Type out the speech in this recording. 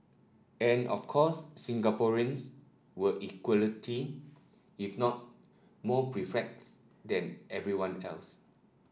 and of course Singaporeans were equality if not more perplexed than everyone else